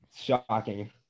Shocking